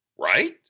Right